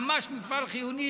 ממש מפעל חיוני.